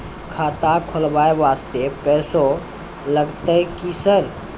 खाता खोलबाय वास्ते पैसो लगते की सर?